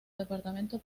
departamento